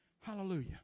Hallelujah